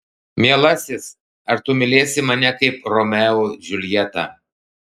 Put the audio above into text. mielasis ar tu mylėsi mane kaip romeo džiuljetą